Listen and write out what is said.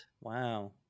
Wow